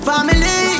Family